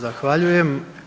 Zahvaljujem.